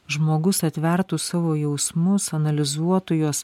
žmogus atvertų savo jausmus analizuotų juos